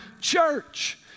church